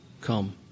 come